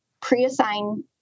pre-assign